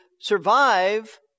survive